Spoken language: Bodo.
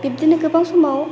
बिबदिनो गोबां समाव